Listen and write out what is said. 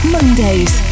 Mondays